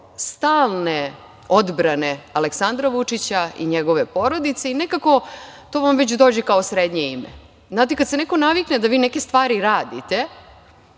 stalne odbrane Aleksandra Vučića i njegove porodice, i nekako, to vam dođe kao srednje ime. Znate, kad se neko navikne da vi neke stvari radite,